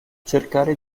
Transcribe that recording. cercare